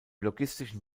logistischen